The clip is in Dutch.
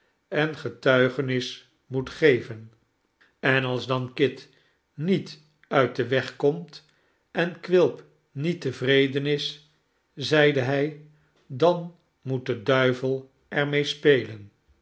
en getuigenis moet geven en als dan kit niet uit den weg komt en quilp niet tevreden is zeide hij dan moet de duivel er mee spelen